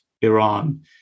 Iran